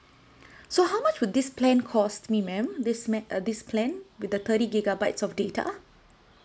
so how much would this plan cost me ma'am this mam~ uh this plan with the thirty gigabytes of data